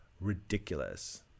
ridiculous